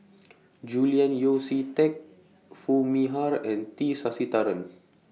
Julian Yeo See Teck Foo Mee Har and T Sasitharan